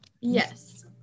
yes